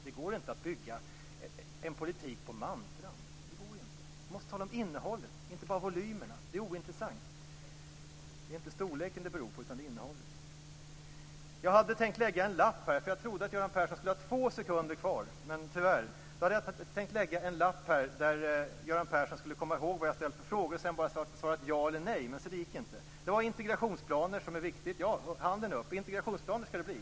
Det går inte att bygga en politik på mantran. Vi måste tala om innehållet - inte bara om volymerna. Det är ointressant. Det är inte storleken det beror på, utan det är innehållet. Jag hade tänkt lägga en lapp i talarstolen, för jag trodde att Göran Persson skulle ha två sekunder kvar av sin talartid. Tyvärr är det inte så. Jag hade tänkt lägga en lapp här så att Göran Persson skulle komma ihåg vilka frågor jag har ställt och sedan bara kunnat svara ja eller nej. Men se, det gick inte. Det gällde integrationsplaner, som är viktigt. Ja, räck upp handen, Göran Persson! Skall det bli integrationsplaner? Ja, det är bra.